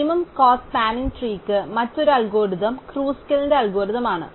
minimum cost spanning ട്രീക് മറ്റൊരു algorithm ക്രുസ്കലിന്റെ അൽഗോരിതം ആണ്